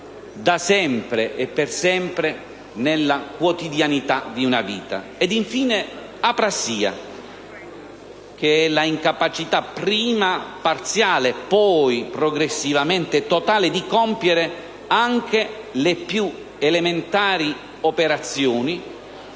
da sempre e per sempre nella quotidianità della vita; infine, aprassia, che è l'incapacità, prima parziale e poi progressivamente totale, di compiere anche le più elementari operazioni,